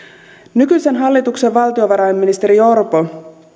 nykyisen hallituksen valtiovarainministeri orpo